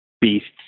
beasts